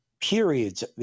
periods